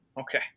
Okay